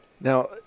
now